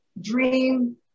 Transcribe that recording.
dream